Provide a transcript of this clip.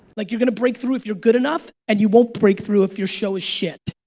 like, you're gonna break through if you're good enough, and you won't break through if your show is shit.